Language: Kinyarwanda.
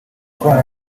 kubaba